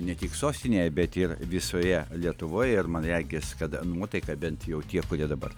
ne tik sostinėje bet ir visoje lietuvoj ir man regis kad nuotaika bent jau tie kurie dabar